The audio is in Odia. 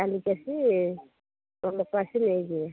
କାଲି କି ଆସି ମୋ ଲୋକ ଆସିକି ନେଇଯିବେ